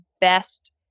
best